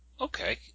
Okay